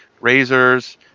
Razor's